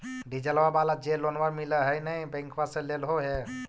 डिजलवा वाला जे लोनवा मिल है नै बैंकवा से लेलहो हे?